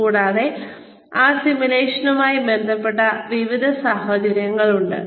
കൂടാതെ ആ സിമുലേഷനുമായി ബന്ധപ്പെട്ട വിവിധ സാഹചര്യങ്ങളുണ്ട്